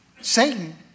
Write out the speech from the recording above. Satan